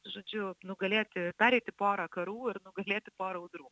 žodžiu nugalėti pereiti porą karų ir nugalėti pora audrų